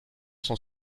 sont